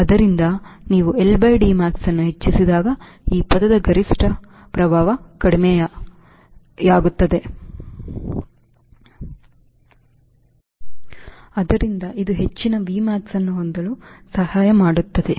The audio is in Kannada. ಆದ್ದರಿಂದ ನೀವು L by D max ಅನ್ನು ಹೆಚ್ಚಿಸಿದಾಗ ಈ ಪದದ ಗರಿಷ್ಠ ಪ್ರಭಾವ ಕಡಿಮೆಯಾಗುತ್ತದೆ ಆದ್ದರಿಂದ ಇದು ಹೆಚ್ಚಿನ Vmax ಅನ್ನು ಹೊಂದಲು ಸಹಾಯ ಮಾಡುತ್ತದೆ